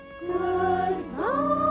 Goodbye